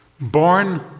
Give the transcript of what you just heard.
Born